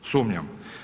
Sumnjam.